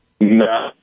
no